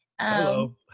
Hello